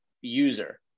user